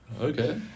okay